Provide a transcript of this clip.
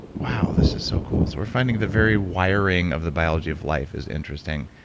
wow, this is so cool. we're finding the very wiring of the biology of life is interesting.